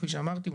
כפי שאמרתי,